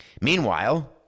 Meanwhile